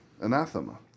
anathema